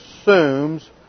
assumes